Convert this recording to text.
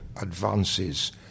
advances